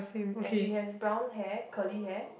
and she has brown hair curly hair